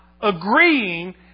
agreeing